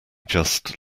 just